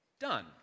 done